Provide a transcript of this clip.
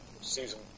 season